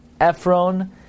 Ephron